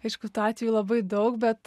aišku tų atvejų labai daug bet